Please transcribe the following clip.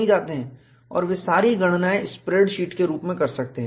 और वे सारी गणनाएँ स्प्रेडशीट के रूप में कर सकते हैं